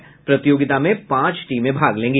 इस प्रतियोगिता में पांच टीमें भाग लेंगी